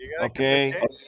okay